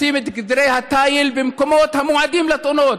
לשים את גדרות התיל במקומות המועדים לתאונות,